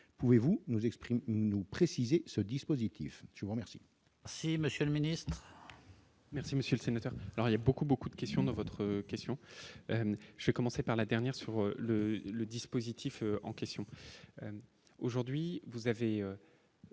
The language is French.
nous exprimons nous préciser ce dispositif, je vous remercie. Merci, Monsieur le Ministre. Merci, monsieur le sénateur, alors il y a beaucoup beaucoup de questions dans votre question, j'ai commencé par la dernière sur le le dispositif en question aujourd'hui, vous avez.